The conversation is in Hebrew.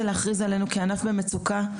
זה להכריז עלינו כענף במצוקה,